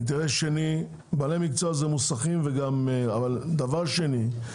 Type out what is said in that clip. בעלי מקצוע זה מוסכים וגם דבר שני,